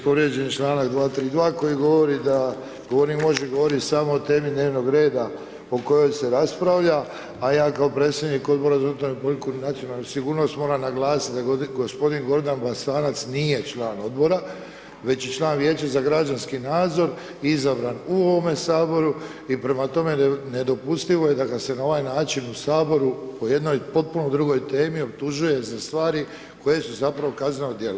Povrijeđen je čl. 232. koji govori da govornik može govoriti samo o temi dnevnog reda o kojoj se raspravlja, a ja kao predsjednik Odbora za unutarnju politiku i nacionalnu sigurnost moram naglasiti da g. Gordan Bosanac nije član Odbora, već je član Vijeća za građanski nadzor, izabran u ovome Saboru i prema tome, nedopustivo je da ga se na ovaj način u Sabora po jednoj potpuno drugoj temi optužuje za stvari koje su zapravo kazneno djelo.